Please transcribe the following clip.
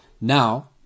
Now